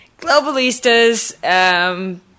Globalistas